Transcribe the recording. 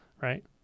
right